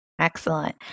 Excellent